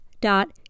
dot